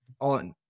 on